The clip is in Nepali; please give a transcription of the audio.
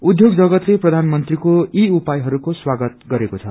उध्योग जगतले प्रधानमंत्रीको यी उपायहरूको स्वागत गरेको छ